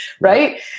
right